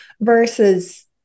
versus